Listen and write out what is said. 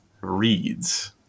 reads